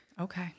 Okay